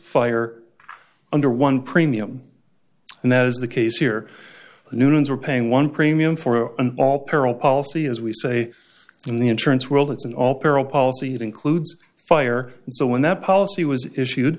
fire under one premium and that is the case here noonan's are paying one premium for an all peril policy as we say in the insurance world it's in all peril policy it includes fire so when that policy was issued